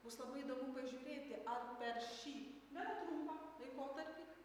bus labai įdomu pažiūrėti ar per šį gana trumpą laikotarpį